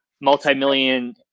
multi-million